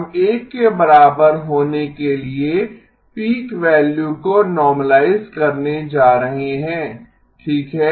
हम 1 के बराबर होने के लिए पीक वैल्यू को नोर्मलाइज करने जा रहे हैं ठीक है